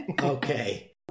Okay